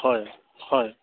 হয় হয়